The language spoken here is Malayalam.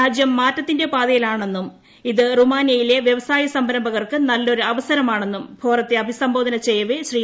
രാജ്യം മാറ്റത്തിന്റെ പാതയിലാണെന്നും ഇത് റുമാനിയയിലെ വൃവസായസംരംഭകർക്ക് നല്ലൊരു അവസരമാണെന്നും ഫോറത്തെ അഭിസംബോധന ചെയ്യവേ ശ്രീ